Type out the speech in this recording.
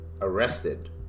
arrested